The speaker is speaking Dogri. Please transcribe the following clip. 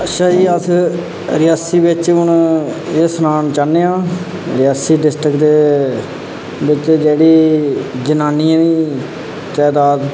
अच्छा जी अस रियासी बिच हून सनाना चाह्न्ने आं रियासी डिस्ट्रिक्ट बिच जेह्ड़ी जनानियें दी तदाद